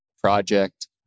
project